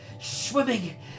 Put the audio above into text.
swimming